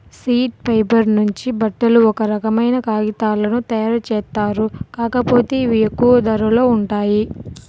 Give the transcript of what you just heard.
seed fibre నుంచి బట్టలు, ఒక రకమైన కాగితాలను తయ్యారుజేత్తారు, కాకపోతే ఇవి ఎక్కువ ధరలో ఉంటాయి